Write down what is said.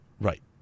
Right